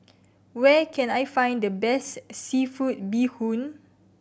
where can I find the best seafood bee hoon